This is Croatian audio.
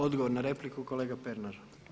Odgovor na repliku kolega Pernar.